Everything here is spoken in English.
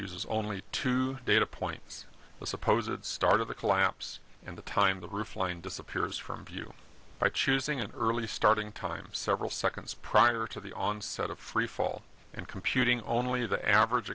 uses only two data points i suppose a start of the collapse and the time the roof line disappears from view by choosing an early starting time several seconds prior to the onset of freefall and computing only the average